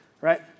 right